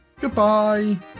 goodbye